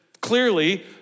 clearly